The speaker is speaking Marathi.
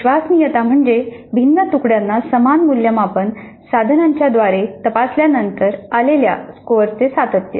विश्वसनीयता म्हणजे भिन्न तुकड्यांना समान मूल्यमापन साधनांच्या द्वारे तपासल्यानंतर आलेल्या स्कोअरचे सातत्य